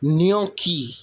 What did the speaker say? gnocchi